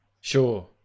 Sure